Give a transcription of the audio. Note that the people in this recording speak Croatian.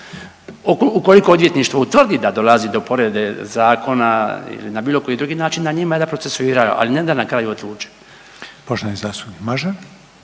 ukoliko odvjetništvo utvrdi da dolazi do povrede zakona na bilo koji drugi način na njima je da procesuiraju, ali ne da na kraju odluče. **Reiner, Željko